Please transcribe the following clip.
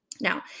Now